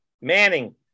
Manning